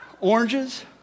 Oranges